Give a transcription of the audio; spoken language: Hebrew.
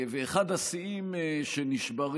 אחד השיאים שנשברים